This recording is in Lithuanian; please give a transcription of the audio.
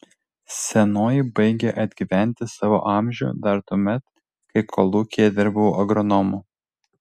senoji baigė atgyventi savo amžių dar tuomet kai kolūkyje dirbau agronomu